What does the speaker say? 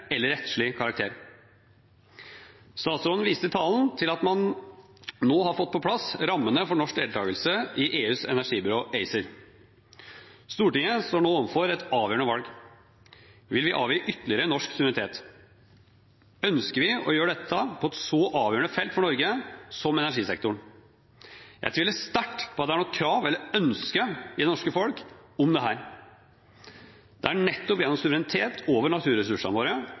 eller rettslig karakter». Statsråden viste i talen til at man nå har fått på plass rammene for norsk deltakelse i EUs energibyrå ACER. Stortinget står nå overfor et avgjørende valg: Vil vi avgi ytterligere norsk suverenitet? Ønsker vi å gjøre dette på et så avgjørende felt for Norge som energisektoren? Jeg tviler sterkt på at det er noe krav eller ønske i det norske folk om dette. Det er nettopp gjennom suverenitet over naturressursene våre,